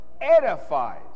Edifies